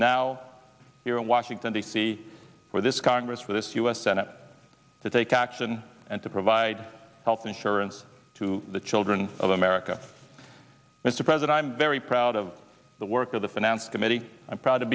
here in washington d c for this congress for this us senate to take action and to provide health insurance to the children of america mr president i'm very proud of the work of the finance committee i'm proud to